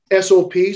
SOPs